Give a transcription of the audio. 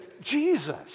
Jesus